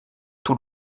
tout